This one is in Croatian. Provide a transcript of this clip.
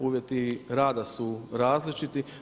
Uvjeti rada su različiti.